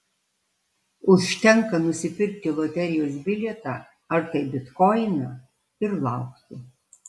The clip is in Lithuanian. užtenka nusipirkti loterijos bilietą ar tai bitkoiną ir laukti